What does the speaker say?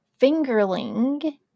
Fingerling